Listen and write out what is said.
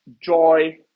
joy